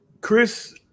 Chris